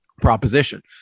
proposition